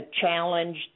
challenge